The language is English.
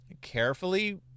carefully